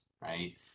right